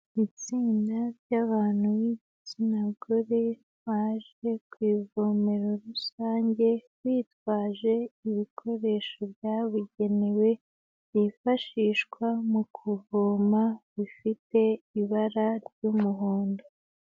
Itsinda ry'abantu b'igitsina gore, baje ku ivomero rusange, bitwaje ibikoresho byabugenewe byifashishwa mu kuvoma bifite ibara ry'umuhondo.